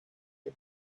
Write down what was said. him